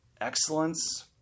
excellence